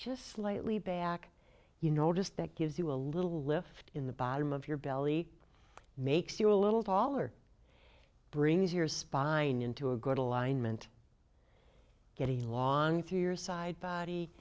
just slightly back you notice that gives you a little lift in the bottom of your belly makes you a little taller brings your spine into a good alignment getting along through your side body